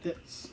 that's